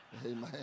Amen